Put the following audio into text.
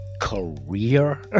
career